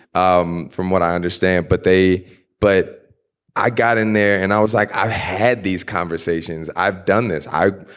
um from what i understand. but they but i got in there and i was like, i had these conversations. i've done this. i.